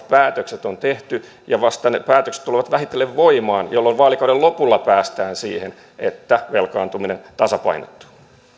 päätökset on tehty ja ne päätökset tulevat vähitellen voimaan jolloin vaalikauden lopulla päästään siihen että velkaantuminen tasapainottuu